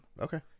okay